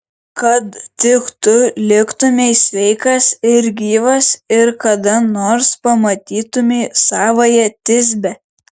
kad tik tu liktumei sveikas ir gyvas ir kada nors pamatytumei savąją tisbę